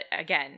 again